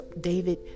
David